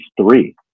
three